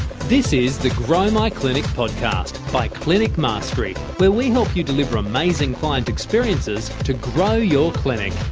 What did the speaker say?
this is the grow my clinic podcast by clinic mastery where we help you deliver amazing client experiences to grow your clinic.